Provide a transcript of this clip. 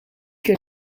que